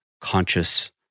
conscious